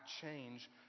change